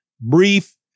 brief